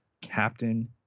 Captain